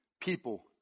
people